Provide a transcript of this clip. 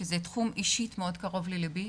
שזה תחום שאישית מאוד קרוב לליבי.